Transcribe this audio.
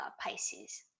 Pisces